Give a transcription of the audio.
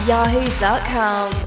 Yahoo.com